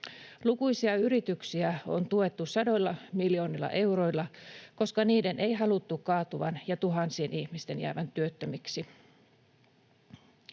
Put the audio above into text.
Lukuisia yrityksiä on tuettu sadoilla miljoonilla euroilla, koska niiden ei haluttu kaatuvan ja tuhansien ihmisten jäävän työttömiksi.